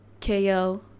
KO